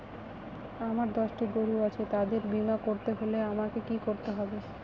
আমার দশটি গরু আছে তাদের বীমা করতে হলে আমাকে কি করতে হবে?